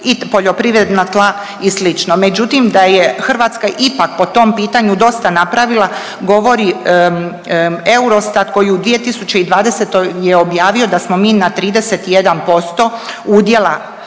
i poljoprivredna tla i sl. Međutim, da je Hrvatska ipak po tom pitanju dosta napravila, govori Eurostat koji je u 2020. je objavio da smo mi na 31% udjela